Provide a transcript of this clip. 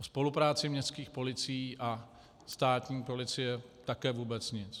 O spolupráci městských policí a státní policie také vůbec nic.